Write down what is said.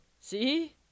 See